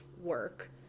work